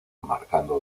marcando